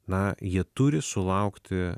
na jie turi sulaukti